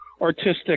artistic